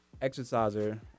exerciser